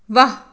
ਵਾਹ